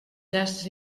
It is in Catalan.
casts